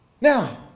Now